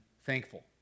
thankful